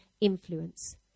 influence